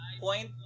point